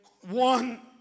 One